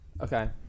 Okay